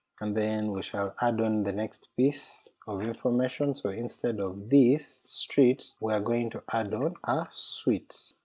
and then we shall add on the next piece of information, so instead of this street we are going to add on a ah suite,